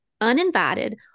uninvited